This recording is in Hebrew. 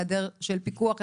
היעדר של פיקוח,